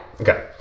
Okay